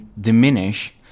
diminish